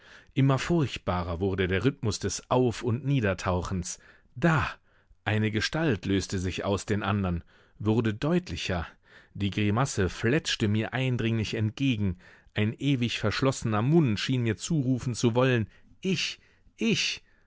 immer furchtbarer wurde der rhythmus des auf und niedertauchens da eine gestalt löste sich aus den andern wurde deutlicher die grimasse fletschte mir eindringlich entgegen ein ewig verschlossener mund schien mir zurufen zu wollen ich ich